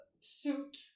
suit